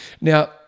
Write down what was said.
Now